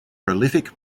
prolific